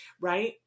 right